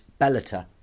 Bellator